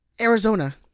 Arizona